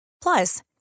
Plus